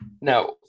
Now